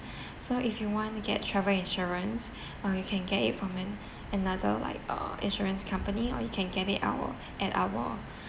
so if you want to get travel insurance uh you can get it from an another like uh insurance company or you can get it our at our